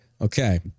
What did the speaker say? okay